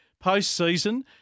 post-season